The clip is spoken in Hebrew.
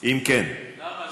אם כן, אני